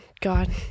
god